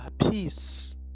Peace